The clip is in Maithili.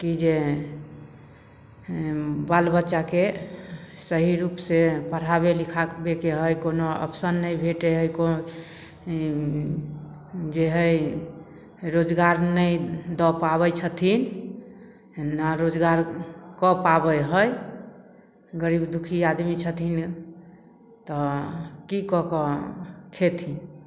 कि जे बाल बच्चाके सही रूपसँ पढ़ाबै लिखाबैके हइ कोनो ऑप्शन नहि भेटै हइ को जे हइ रोजगार नहि दऽ पाबै छथिन नहि रोजगार कऽ पाबै हइ गरीब दुखी आदमी छथिन तऽ कि कऽ कऽ खएथिन